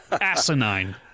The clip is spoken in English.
asinine